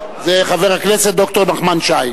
חבר הכנסת ד"ר נחמן שי.